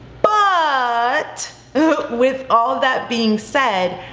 ah but with all that being said,